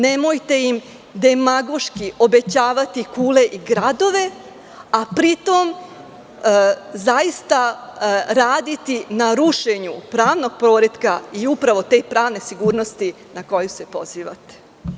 Nemojte im demagoški obećavati kule i gradove, a pri tom zaista raditi na rušenju pravnog poretka i te pravne sigurnosti na koju se pozivate.